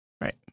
Right